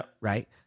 Right